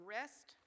rest